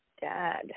Dad